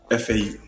FAU